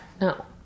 No